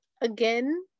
again